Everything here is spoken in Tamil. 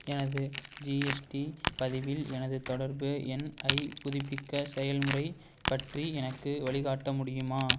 எனது ஜிஎஸ்டி பதிவில் எனது தொடர்பு எண் ஐ புதுப்பிக்க செயல்முறைப் பற்றி எனக்கு வழி காட்ட முடியுமா